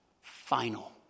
final